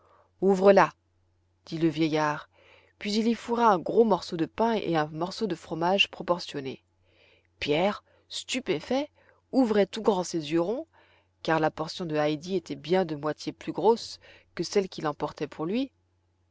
ouvre la dit le vieillard puis il y fourra un gros morceau de pain et un morceau de fromage proportionné pierre stupéfait ouvrait tout grands ses yeux ronds car la portion de heidi était bien de moitié plus grosse que celle qu'il emportait pour lui